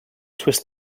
twist